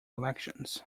elections